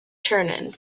turin